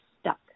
stuck